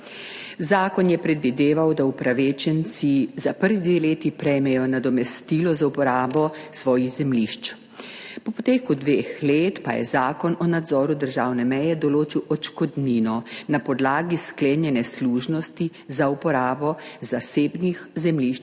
Zakon je predvideval, da upravičenci za prvi dve leti prejmejo nadomestilo za uporabo svojih zemljišč. Po poteku dveh let pa je Zakon o nadzoru državne meje določil odškodnino, na podlagi sklenjene služnosti za uporabo zasebnih zemljišč